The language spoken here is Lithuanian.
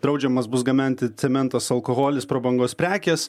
draudžiamas bus gamenti cementas alkoholis prabangos prekės